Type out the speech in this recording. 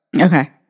Okay